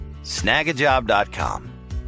snagajob.com